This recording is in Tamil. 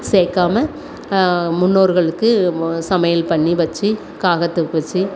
சேர்க்காம முன்னோர்களுக்கு சமையல் பண்ணி வச்சு காகத்துக்கு வச்சு